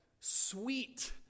sweet